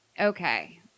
okay